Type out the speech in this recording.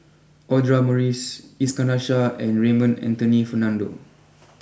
Audra Morrice Iskandar Shah and Raymond Anthony Fernando